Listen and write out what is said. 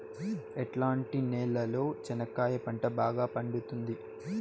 ఎట్లాంటి నేలలో చెనక్కాయ పంట బాగా పండుతుంది?